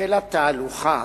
החלה תהלוכה